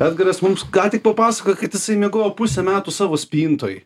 edgaras mums ką tik papasakojo kad jisai miegojo pusę metų savo spintoj